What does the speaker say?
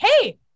hey